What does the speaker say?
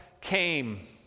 came